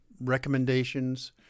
recommendations